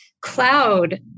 cloud